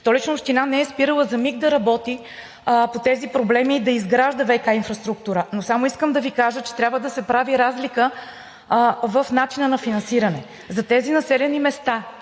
Столичната община не е спирала за миг да работи по тези проблеми и да изгражда ВиК инфраструктура. Но само искам да Ви кажа, че трябва да се прави разлика в начина на финансиране. За тези населени места